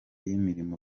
y’imirimo